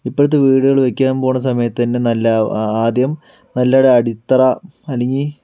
ഇപ്പോഴത്തെ വീടുകൾ വയ്ക്കാൻ പോകുന്ന സമയത്ത് തന്നെ നല്ല ആദ്യം നല്ലൊരു അടിത്തറ അല്ലെങ്കിൽ